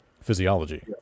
physiology